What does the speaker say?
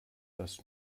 das